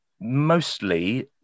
Mostly